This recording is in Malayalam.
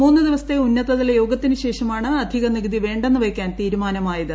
മൂന്ന് ദിവസത്തെ ഉന്നതതല യോഗത്തിന് ശേഷമാണ് അധിക നികുതി വേണ്ടെന്ന് വയ്ക്കാൻ തീരുമാനമായത്